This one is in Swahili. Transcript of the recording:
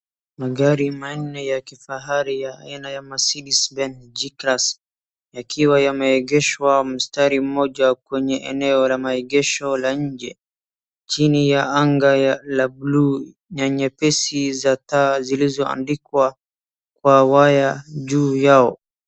Magari manne ya kifahari ya aina ya Mercedes Benz G-Class yakiwa yameegeshwa mstari mmoja kwenye maenea ya maegesho ya nje, chini ya anga la buluu nyepesi za taa zilizoandikwa kwa waya juu yao.